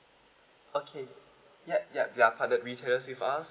okay ya ya they are partner retailers with us